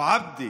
עבדה